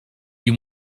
you